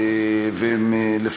והם,